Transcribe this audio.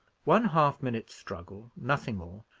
one half-minute's struggle, nothing more,